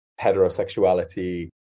heterosexuality